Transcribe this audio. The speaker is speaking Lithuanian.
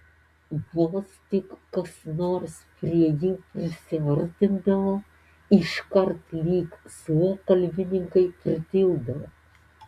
vos tik kas nors prie jų prisiartindavo iškart lyg suokalbininkai pritildavo